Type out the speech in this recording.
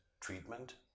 treatment